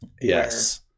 Yes